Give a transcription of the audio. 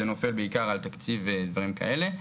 זה נופל בעיקר על תקציב ודברים כאלה.